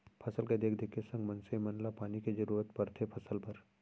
फसल के देख देख के संग मनसे मन ल पानी के जरूरत परथे फसल बर